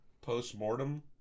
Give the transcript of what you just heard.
post-mortem